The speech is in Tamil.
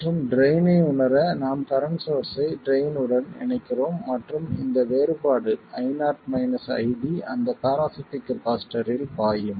மற்றும் ட்ரைன் ஐ உணர நாம் கரண்ட் சோர்ஸ்ஸை ட்ரைன் உடன் இணைக்கிறோம் மற்றும் இந்த வேறுபாடு Io ID அந்த பேராசிட்டிக் கப்பாசிட்டர்ரில் பாயும்